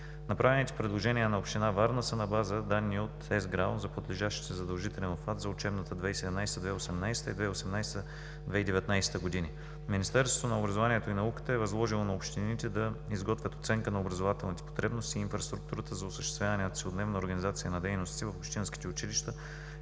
Направените предложения на Община Варна са на база данни от ЕСГРАОН за подлежащия задължителен обхват за учебната 2017 – 2018 г. и 2018 – 2019 г. Министерството на образованието и науката е възложило на общините да изготвят оценка на образователните потребности и инфраструктурата за осъществяване на целодневна организация на дейностите в общинските училища